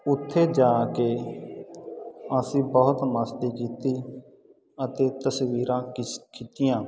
ਉੱਥੇ ਜਾ ਕੇ ਅਸੀਂ ਬਹੁਤ ਮਸਤੀ ਕੀਤੀ ਅਤੇ ਤਸਵੀਰਾਂ ਖਿੱਚੀਆਂ